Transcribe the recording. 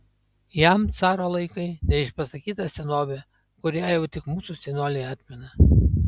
jam caro laikai neišpasakyta senovė kurią jau tik mūsų senoliai atmena